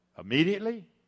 Immediately